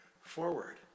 forward